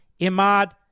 Imad